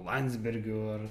landsbergio ar